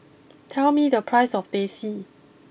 tell me the price of Teh C